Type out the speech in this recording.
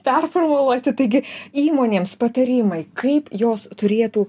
performuluoti taigi įmonėms patarimai kaip jos turėtų